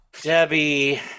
Debbie